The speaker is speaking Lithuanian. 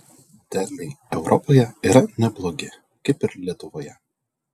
derliai europoje yra neblogi kaip ir lietuvoje